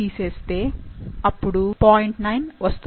9 వస్తుంది